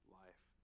life